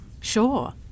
Sure